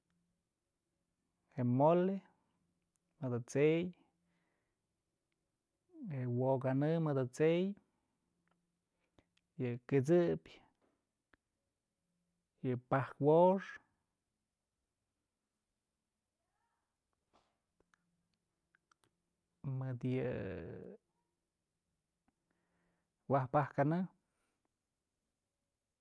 Je'e mole mëdë t'sey, je'e wo'o kanë mëdë t'sey, yë kët'sëbyë, yë pajk wox, mëdë yë waj pak kanë.